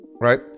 Right